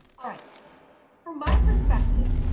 all right, from my perspective,